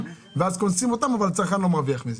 ואז קונסים אותם אבל הצרכן לא מרוויח מזה.